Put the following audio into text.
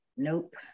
Nope